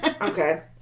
Okay